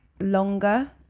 longer